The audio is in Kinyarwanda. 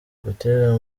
butera